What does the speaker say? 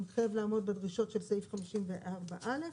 הוא מתחייב לעמוד בדרישות של סעיף 54 א'